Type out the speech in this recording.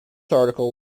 article